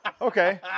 okay